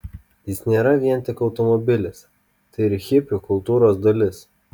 jis nėra vien tik automobilis tai ir hipių kultūros dalis